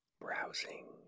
Browsing